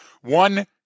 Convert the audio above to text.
One